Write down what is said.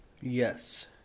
Yes